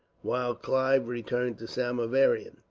while clive returned to samieaveram.